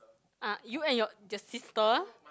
uh you and your your sister